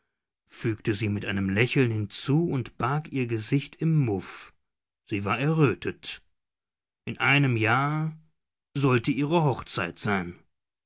fügte sie mit einem lächeln hinzu und barg ihr gesicht im muff sie war errötet in einem jahr sollte ihre hochzeit sein